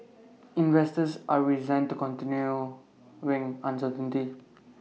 investors are resigned to continuing uncertainty